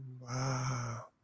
Wow